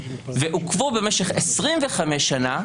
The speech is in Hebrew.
ועוכבו במשך 25 שנים,